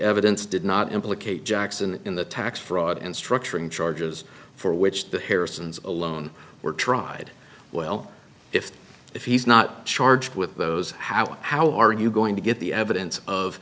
evidence did not implicate jackson in the tax fraud and structuring charges for which the harrisons alone were tried well if if he's not charged with those how how are you going to get the evidence of